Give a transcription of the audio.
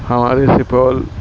ہمارے سپول